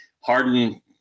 Harden